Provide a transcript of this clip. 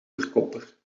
verkoper